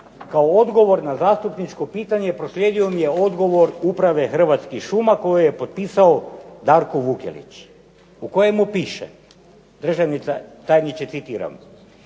kao odgovor na zastupničko pitanje proslijedio mi je odgovor Uprave Hrvatskih šuma koju je potpisao Darko Vukelić u kojemu piše: "Državni tajniče" citiram: